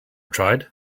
tried